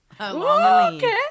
Okay